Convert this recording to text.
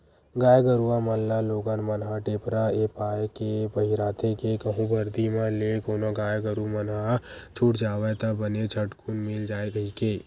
गाय गरुवा मन ल लोगन मन ह टेपरा ऐ पाय के पहिराथे के कहूँ बरदी म ले कोनो गाय गरु मन ह छूट जावय ता बने झटकून मिल जाय कहिके